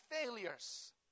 failures